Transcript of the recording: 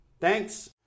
Thanks